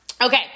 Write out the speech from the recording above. Okay